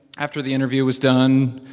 after the interview was done,